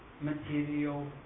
material